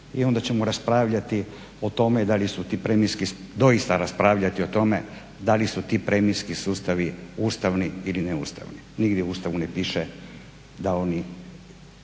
doista raspravljati o tome da li su ti premijski sustavi ustavni ili neustavni. Nigdje u Ustavu ne piše da oni